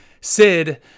Sid